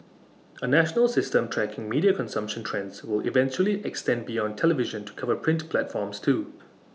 A national system tracking media consumption trends will eventually extend beyond television to cover print platforms too